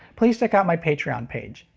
please check out my patreon page.